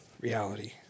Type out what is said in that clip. reality